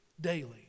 daily